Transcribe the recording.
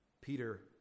Peter